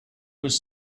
was